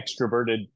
extroverted